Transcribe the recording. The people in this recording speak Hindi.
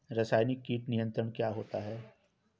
रसायनिक कीट नियंत्रण क्या होता है?